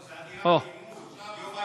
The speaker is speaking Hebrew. לא, זה היה נראה